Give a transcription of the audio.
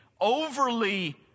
overly